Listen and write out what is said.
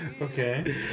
okay